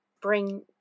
bring